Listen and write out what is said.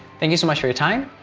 thank you so much for your time.